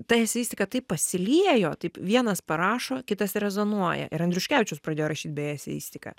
ta eseistika taip pasiliejo taip vienas parašo kitas rezonuoja ir andriuškevičius pradėjo rašyt beje eseistiką